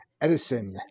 Edison